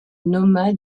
nomma